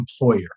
employer